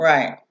Right